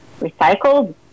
recycled